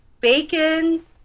bacon